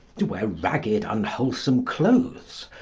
to wear ragged, unwholesome clothes,